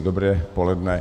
Dobré poledne.